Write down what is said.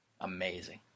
Amazing